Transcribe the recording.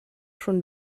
schon